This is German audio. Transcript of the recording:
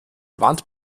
warnt